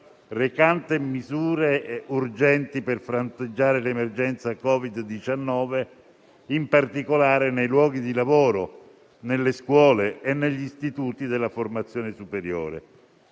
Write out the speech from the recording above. recante misure urgenti per fronteggiare l'emergenza Covid-19, in particolare nei luoghi di lavoro, nelle scuole e negli istituti della formazione superiore.